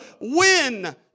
win